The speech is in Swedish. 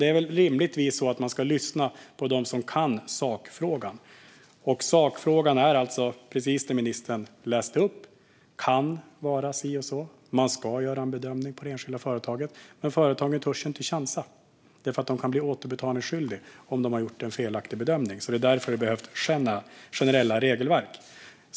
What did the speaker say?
Det är väl rimligtvis så att man ska lyssna på dem som kan sakfrågan, och sakfrågan är alltså precis det ministern läste upp. Det kan vara si och så, och man ska göra en bedömning av det enskilda företaget. Men företagen törs ju inte chansa, för de kan bli återbetalningsskyldiga om de har gjort en felaktig bedömning. Det är därför det behövs generella regelverk.